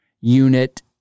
unit